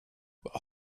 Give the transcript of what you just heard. vad